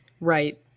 Right